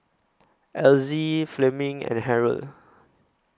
Elzie Fleming and Harold